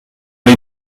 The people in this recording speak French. les